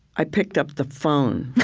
i picked up the phone.